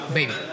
Baby